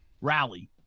rally